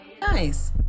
Nice